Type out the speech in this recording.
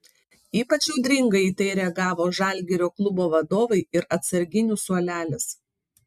ypač audringai į tai reagavo žalgirio klubo vadovai ir atsarginių suolelis